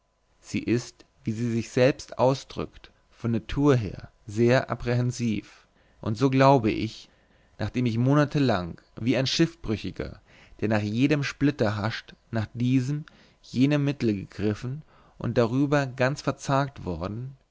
sie ist wie sie sich selbst ausdrückt von natur sehr apprehensiv und so glaube ich nachdem ich monatelang wie ein schiffbrüchiger der nach jedem splitter hascht nach diesem jenem mittel gegriffen und darüber ganz verzagt worden